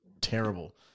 terrible